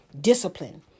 discipline